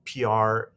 PR